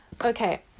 Okay